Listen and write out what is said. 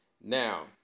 Now